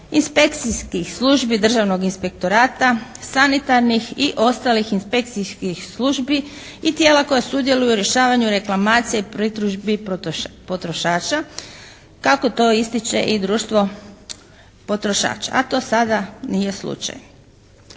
inspekcijskih službi Državnog inspektorata, sanitarnih i ostalih inspekcijskih službi i tijela koji sudjeluju u rješavanju reklamacija i pritužbi potrošača, kako to ističe i Društvo potrošača. A to sada nije slučaj.